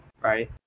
right